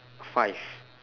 five